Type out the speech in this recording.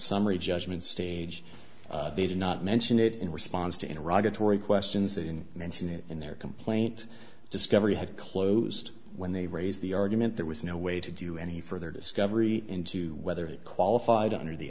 summary judgment stage they did not mention it in response to iraq atory questions that in mention it in their complaint discovery had closed when they raise the argument there was no way to do any further discovery into whether it qualified under the